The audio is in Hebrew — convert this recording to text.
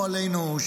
לא עלינו,